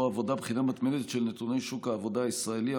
העבודה בחינה מתמדת של נתוני שוק העבודה הישראלי,